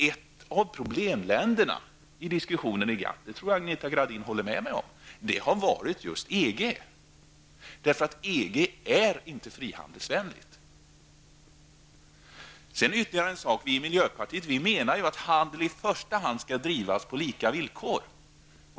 Ett av problemområdena i diskussionen inom GATT -- det tror jag Anita Gradin håller med om -- har varit just EG. EG är inte frihandelsvänligt. Vi i miljöpartiet anser att handel i första hand skall bedrivas på lika villkor.